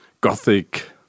gothic